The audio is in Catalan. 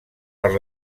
per